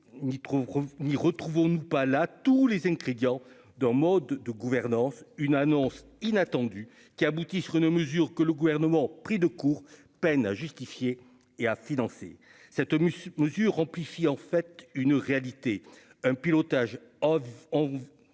ni retrouvons-nous pas là tous les ingrédients d'un mode de gouvernance une annonce inattendue qui aboutissent Renault mesures que le gouvernement pris de court, peine à justifier et à financer cette mesure amplifie en fait une réalité un pilotage on